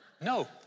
No